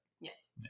Yes